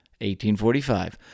1845